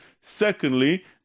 Secondly